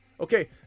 Okay